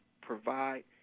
provide